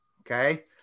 okay